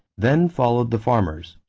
then followed the farmers,